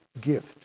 gift